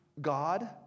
God